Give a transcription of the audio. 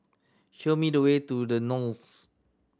show me the way to The Knolls